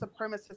supremacist